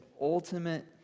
ultimate